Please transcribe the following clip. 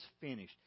finished